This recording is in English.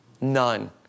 none